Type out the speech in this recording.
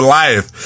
life